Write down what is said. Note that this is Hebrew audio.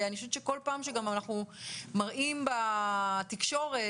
אני חושבת שגם אנחנו מראים בתקשורת,